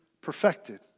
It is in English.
perfected